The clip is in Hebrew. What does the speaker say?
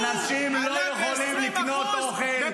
אנשים לא יכולים לקנות אוכל,